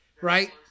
Right